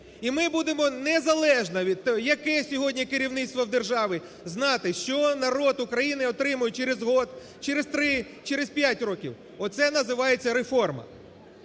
і ми будемо незалежно від того, яке сьогодні керівництво в державі знати, що народ України отримує через рік, через три, через п'ять років. Оце називається реформа.